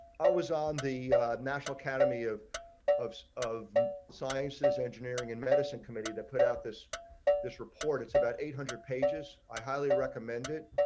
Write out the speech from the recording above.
i was on the national academy of of of sciences engineering and medicine committee that put out this this report about eight hundred pages i highly recommend it.